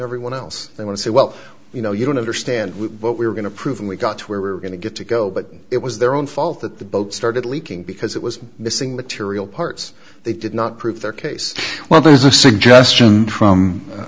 everyone else they want to say well you know you don't understand what we're going to prove and we got to where we're going to get to go but it was their own fault that the boat started leaking because it was missing material parts they did not prove their case well there's a suggestion from